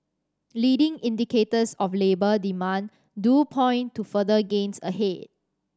leading indicators of labour demand do point to further gains ahead